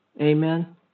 Amen